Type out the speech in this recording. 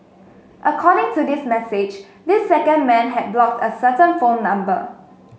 according to this message this second man had blocked a certain phone number